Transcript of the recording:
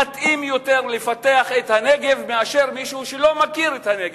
מתאים יותר לפתח את הנגב מאשר מישהו שלא מכיר את הנגב,